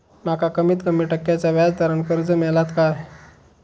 माका कमीत कमी टक्क्याच्या व्याज दरान कर्ज मेलात काय?